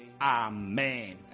amen